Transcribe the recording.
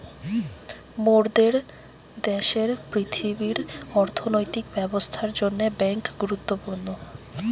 মোরদের দ্যাশের পৃথিবীর অর্থনৈতিক ব্যবস্থার জন্যে বেঙ্ক গুরুত্বপূর্ণ